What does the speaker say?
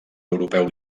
europeu